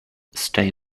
stay